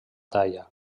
talla